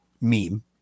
meme